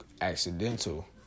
accidental